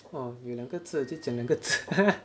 oh 有两个字 eh 就讲两个字